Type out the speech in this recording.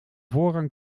voorrang